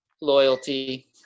loyalty